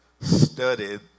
studied